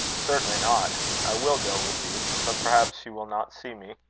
certainly not. i will go with you. but perhaps she will not see me.